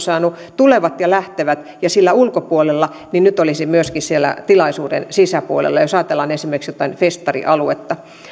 saanut tarkastaa tulevat ja lähtevät ja ulkopuolella niin nyt saisi tarkastaa myöskin siellä tilaisuuden sisäpuolella jos ajatellaan esimerkiksi jotain festarialuetta